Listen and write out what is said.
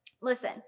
Listen